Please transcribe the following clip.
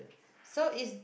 so it's